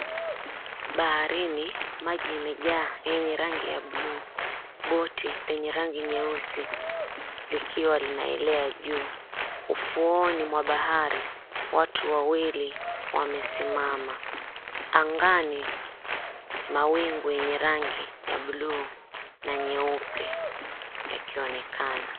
Baharini maji imejaa yenye rangi ya (cs)blue(cs), boat lenye rangi nyeusi likiwa linaelea juu, ufuoni mwa bahari watu wawili wamesimama, angani mawingu yenye rangi ya (cs)blue (cs) na nyeupe ikionekana.